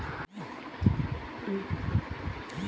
bank में बहुते भीड़ रहला से आज हमार खाता नाइ खुल पाईल